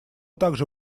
также